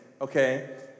Okay